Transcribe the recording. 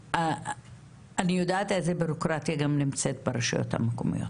אני יודעת איזה ביורוקרטיה גם נמצאת ברשויות המקומיות,